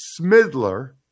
Smidler